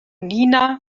nina